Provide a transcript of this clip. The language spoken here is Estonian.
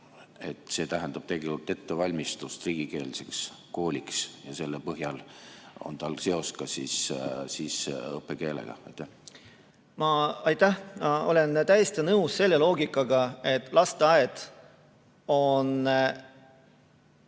see tähendab tegelikult ettevalmistust riigikeelseks kooliks ja selle põhjal on tal seos ka õppekeelega? Aitäh! Ma olen täiesti nõus selle loogikaga, et lasteaed on